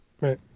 Right